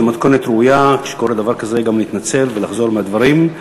זו מתכונת ראויה כשקורה דבר כזה גם להתנצל ולחזור מהדברים,